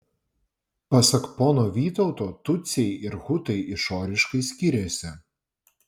pasak pono vytauto tutsiai ir hutai išoriškai skiriasi